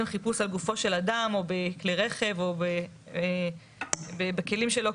חיפוש על גופו של אדם או בכלי רכב או בכלים שלו,